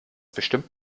bestimmt